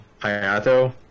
Hayato